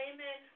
Amen